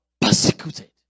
persecuted